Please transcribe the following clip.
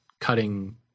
cutting